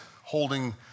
holding